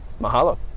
mahalo